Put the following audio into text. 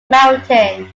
mountain